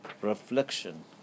reflection